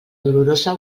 dolorosa